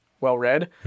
well-read